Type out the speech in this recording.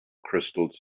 crystals